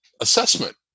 assessment